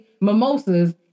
mimosas